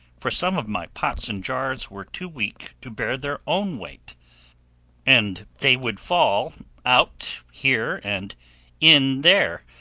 for some of my pots and jars were too weak to bear their own weight and they would fall out here, and in there,